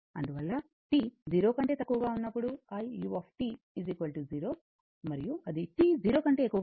అందువల్ల t 0 కంటే తక్కువగా ఉన్నప్పుడు Iu 0 మరియు అది t 0 కంటే ఎక్కువగా ఉన్నప్పుడు Iu 1